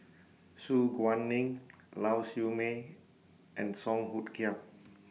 Su Guaning Lau Siew Mei and Song Hoot Kiam